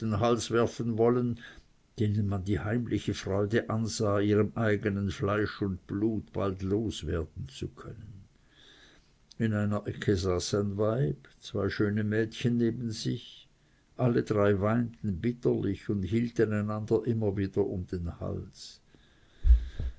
hals werfen wollten denen man die heimliche freude ansah ihrem eigenen fleisch und blut bald loswerden zu können in einer ecke saß ein weib zwei schöne mädchen neben sich alle drei weinten bitterlich und hielten einander immer wieder um den hals